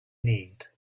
need